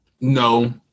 no